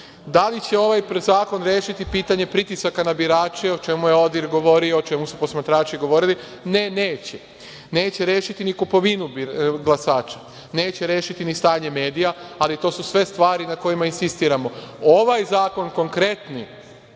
Da li će ovaj zakon rešiti pitanje pritisaka na birače, o čemu ODIHR govorio, o čemu su posmatrači govorili? Ne, neće. Neće rešiti ni kupovinu glasača. Neće rešiti ni stanje medija, ali to su sve stvari na kojima insistiramo. Ovaj zakon konkretni,